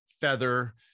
feather